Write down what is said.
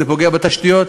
זה פוגע בתשתיות.